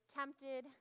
tempted